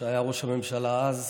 שהיה ראש הממשלה אז,